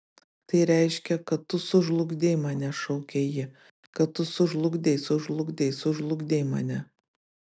tai reiškia kad tu sužlugdei mane šaukė ji kad tu sužlugdei sužlugdei sužlugdei mane